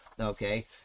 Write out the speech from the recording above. Okay